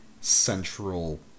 central